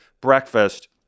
breakfast